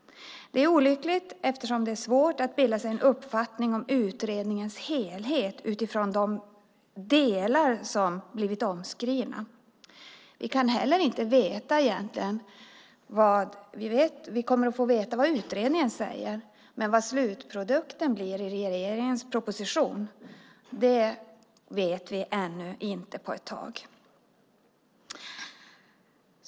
Det är olyckligt eftersom det är svårt att bilda sig en uppfattning om utredningens helhet utifrån de delar som har blivit omskrivna. Vi kommer att få veta vad utredningen säger, men vad slutprodukten blir i regeringens proposition vet vi inte på ett tag.